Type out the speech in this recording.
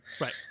Right